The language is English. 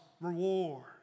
reward